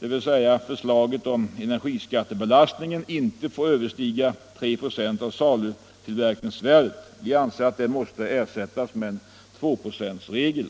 dvs. förslaget att energiskattebelastningen inte får överstiga 3 96 av salutillverkningsvärdet, måste ersättas med en tvåprocentsregel.